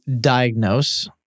diagnose